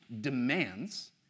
demands